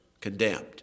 condemned